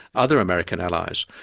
other american allies.